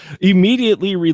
immediately